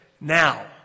now